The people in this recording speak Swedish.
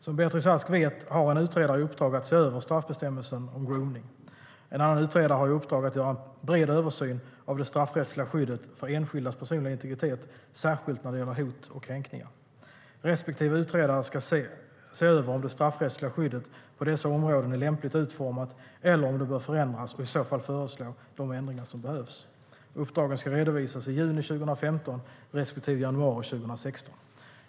Som Beatrice Ask vet har en utredare i uppdrag att se över straffbestämmelsen om gromning. En annan utredare har i uppdrag att göra en bred översyn av det straffrättsliga skyddet för enskildas personliga integritet, särskilt när det gäller hot och kränkningar. Respektive utredare ska se över om det straffrättsliga skyddet på dessa områden är lämpligt utformat eller om det bör förändras och i så fall föreslå de ändringar som behövs. Uppdragen ska redovisas i juni 2015 respektive i januari 2016.